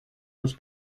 nos